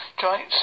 giant